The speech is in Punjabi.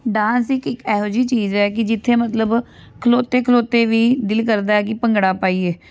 ਡਾਂਸ ਇੱਕ ਇੱਕ ਇਹੋ ਜਿਹੀ ਚੀਜ਼ ਹੈ ਕਿ ਜਿੱਥੇ ਮਤਲਬ ਖਲੋਤੇ ਖਲੋਤੇ ਵੀ ਦਿਲ ਕਰਦਾ ਕਿ ਭੰਗੜਾ ਪਾਈਏ